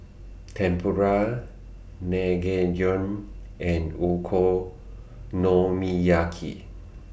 Tempura Naengmyeon and Okonomiyaki